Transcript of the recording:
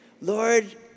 Lord